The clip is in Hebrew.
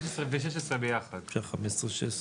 אוקיי.